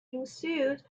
ensued